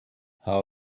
how